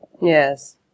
Yes